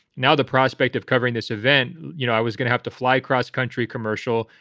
now, the prospect of covering this event, you know, i was going to have to fly cross-country commercial.